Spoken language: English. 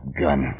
gun